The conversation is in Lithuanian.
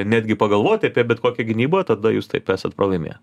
netgi pagalvot apie bet kokią gynybą tada jūs taip esat pralaimėję